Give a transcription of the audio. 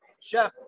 Chef